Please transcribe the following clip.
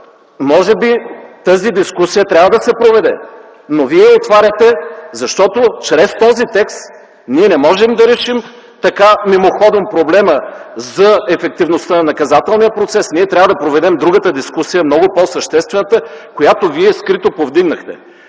Може би тази дискусия трябва да се проведе, но Вие я отваряте, защото чрез този текст ние не можем да решим така, мимоходом, проблема за ефективността на наказателния процес. Ние трябва да проведем другата дискусия, много по-съществената, която Вие скрито повдигнахте.